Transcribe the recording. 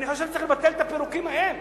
אני חושב שצריך לבטל את הפירוקים ההם